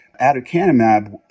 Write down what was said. aducanumab